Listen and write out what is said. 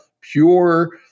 pure